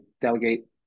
delegate